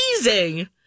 amazing